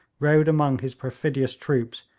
rode among his perfidious troops,